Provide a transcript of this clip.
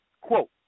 Quote